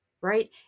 right